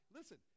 Listen